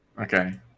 Okay